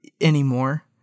anymore